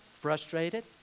frustrated